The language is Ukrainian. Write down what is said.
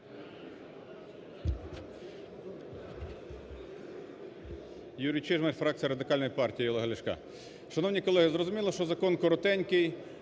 Юрій Чижмарь, фракція Радикальної партії Олега Ляшка. Шановні колеги, зрозуміло, що закон коротенький,